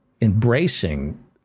Embracing